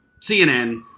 CNN